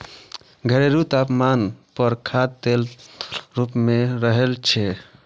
घरेलू तापमान पर खाद्य तेल तरल रूप मे रहै छै